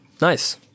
Nice